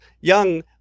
young